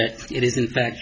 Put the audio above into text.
that it is in fact